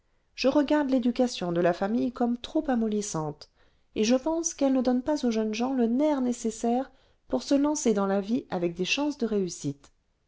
je regarde l'éducation de la famille comme trop amollissante et je pense qu'elle ne donne pas aux jeunes gens le nerf nécessaire pour se lancer dans la vie avec des chances de réussite